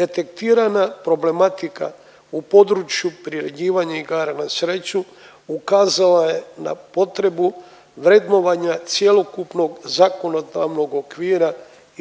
Detektirana problematika u području priređivanja igara na sreću ukazala je na potrebu vrednovanja cjelokupnog zakonodavnog okvira